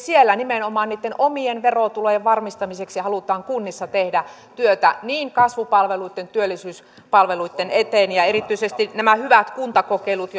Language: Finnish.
nimenomaan niitten omien verotulojen varmistamiseksi halutaan kunnissa tehdä työtä niin kasvupalveluitten työllisyyspalveluitten eteen erityisesti nämä hyvät kuntakokeilut